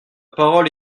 parole